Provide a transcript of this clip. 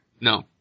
No